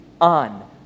on